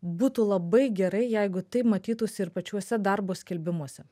būtų labai gerai jeigu tai matytųsi ir pačiuose darbo skelbimuose